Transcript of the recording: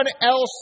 else